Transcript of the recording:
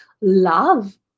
love